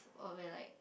or where like